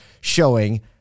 showing